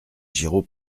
giraud